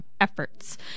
efforts